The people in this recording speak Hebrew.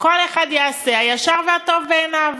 כל אחד יעשה הישר והטוב בעיניו.